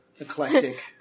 Eclectic